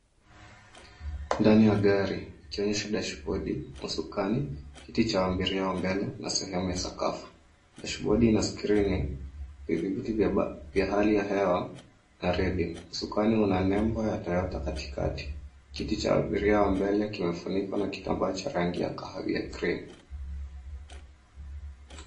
Ndani ya gari, ikionyesha; dashboard , usukani, kiti cha abiria wa mbele na sehemu ya sakafu. Dashboard ina screen hivi vitu vya hali ya hewa na redio, usakani una label ya toyota katikati, kiti cha abiria wa mbele kimefunikwa na kitambaa cha kahawia cray .